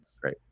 great